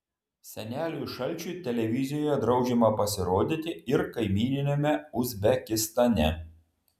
seneliui šalčiui televizijoje draudžiama pasirodyti ir kaimyniniame uzbekistane